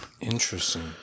interesting